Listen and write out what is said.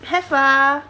have ah